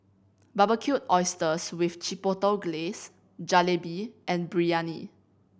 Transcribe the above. Barbecued Oysters with Chipotle Glaze Jalebi and Biryani